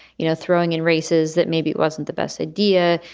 you know, throwing in races that maybe it wasn't the best idea.